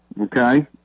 Okay